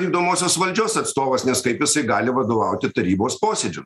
vykdomosios valdžios atstovas nes kaip jisai gali vadovauti tarybos posėdžiam